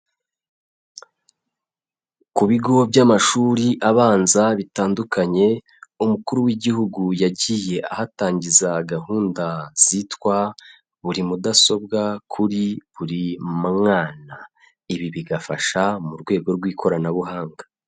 Ku bigo by'amashuri abanza bitandukanye, umukuru w'Igihugu yagiye ahatangiza gahunda zitwa buri mudasobwa kuri buri mwana, ibi bigafasha mu rwego rw'ikoranabuhanga.